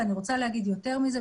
אני רוצה לומר יותר מזה,